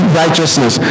righteousness